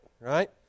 right